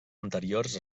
anteriors